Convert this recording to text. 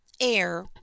air